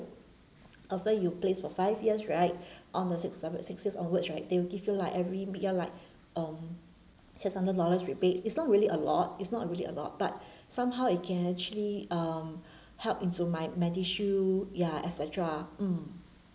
after you place for five years right on the six on~ six years onwards right they will give you like every m~ year like um say three hundred dollars rebate it's not really a lot it's not really a lot but somehow it can actually um help into my MediShield ya et cetera mm